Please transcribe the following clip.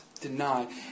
deny